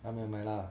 还没有买啦